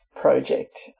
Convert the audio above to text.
project